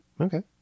Okay